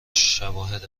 شواهد